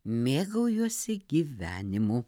mėgaujuosi gyvenimu